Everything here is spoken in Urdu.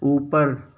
اوپر